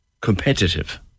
competitive